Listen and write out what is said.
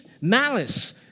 malice